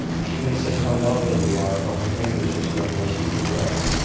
she may say how lovely you are while her fingers are still moist with your blood.